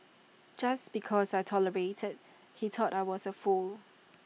just because I tolerated he thought I was A fool